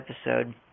episode